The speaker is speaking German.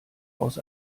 aus